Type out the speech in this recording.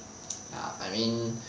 ya I mean